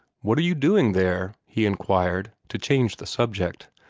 what are you doing there? he inquired, to change the subject.